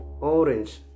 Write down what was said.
orange